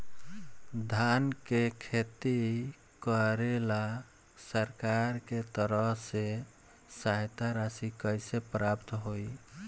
धान के खेती करेला सरकार के तरफ से सहायता राशि कइसे प्राप्त होइ?